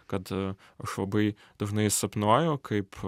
kad aš labai dažnai sapnuoju kaip